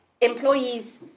Employees